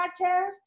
podcast